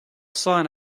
sign